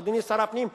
אדוני שר הפנים,